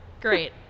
Great